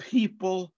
People